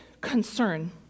concern